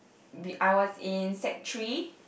we I was in sec three